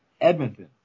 Edmonton